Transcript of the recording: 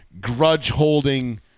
grudge-holding